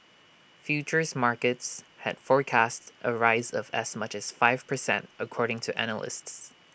futures markets had forecast A rise of as much as five per cent according to analysts